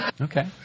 Okay